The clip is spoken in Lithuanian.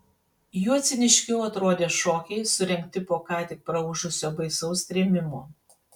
juo ciniškiau atrodė šokiai surengti po ką tik praūžusio baisaus trėmimo